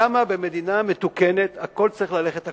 למה במדינה מתוקנת הכול צריך ללכת עקום,